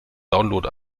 download